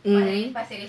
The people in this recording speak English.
um